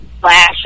flash